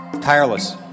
tireless